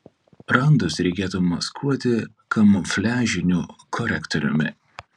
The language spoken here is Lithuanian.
randus reikėtų maskuoti kamufliažiniu korektoriumi